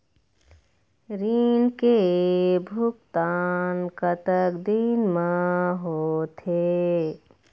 ऋण के भुगतान कतक दिन म होथे?